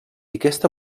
aquesta